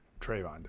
Trayvon